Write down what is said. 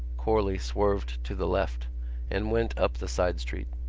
corley swerved to the left and went up the side street.